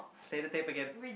play the tape again